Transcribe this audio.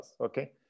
Okay